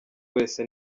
wese